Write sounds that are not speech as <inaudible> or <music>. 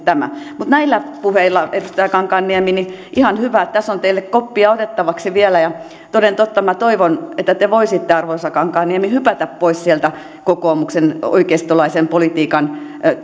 <unintelligible> tämä mutta näillä puheilla edustaja kankaanniemi ihan hyvä tässä on teille koppia otettavaksi vielä ja toden totta minä toivon että te voisitte arvoisa kankaanniemi hypätä pois sieltä kokoomuksen oikeistolaisen politiikan